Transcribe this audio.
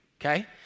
okay